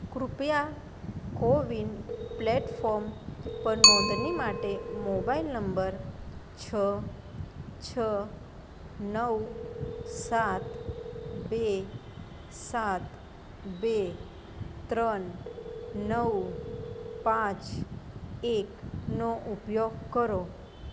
કૃપયા CoWIN platform પર નોંધણી માટે મોબાઈલ નંબર છ છ નવ સાત બે સાત બે ત્રણ નવ પાંચ એકનો ઉપયોગ કરો